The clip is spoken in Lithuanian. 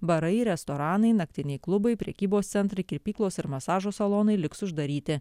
barai restoranai naktiniai klubai prekybos centrai kirpyklos ir masažo salonai liks uždaryti